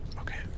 Okay